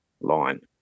line